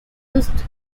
used